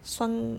酸